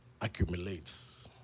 accumulates